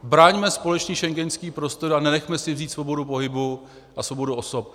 Braňme společný schengenský prostor a nenechme si vzít svobodu pohybu a svobodu osob.